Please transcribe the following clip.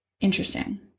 Interesting